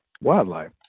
wildlife